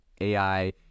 ai